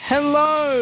Hello